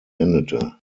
endete